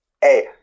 hey